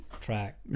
track